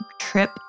trip